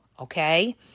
Okay